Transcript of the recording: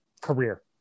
career